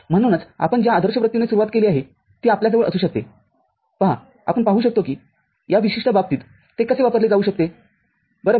म्हणूनच आपण ज्या आदर्शवृत्तीने सुरुवात केली आहे ती आपल्याजवळ असू शकते पहाआपण पाहू शकतो कि या विशिष्ट बाबतीत ते कसे वापरले जाऊ शकतेबरोबर